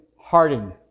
hardened